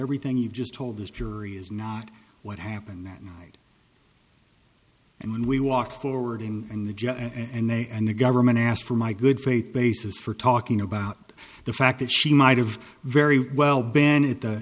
everything you just told this jury is not what happened that night and when we walked forward and the judge and they and the government asked for my good faith basis for talking about the fact that she might have very well been at the